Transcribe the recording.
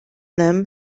them